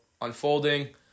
unfolding